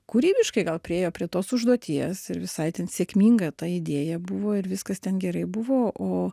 kūrybiškai gal priėjo prie tos užduoties ir visai sėkminga ta idėja buvo ir viskas ten gerai buvo o